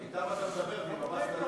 אבל אתם אתה מדבר ועם ה"חמאס" אתה לא מדבר.